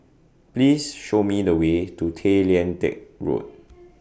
Please Show Me The Way to Tay Lian Teck Road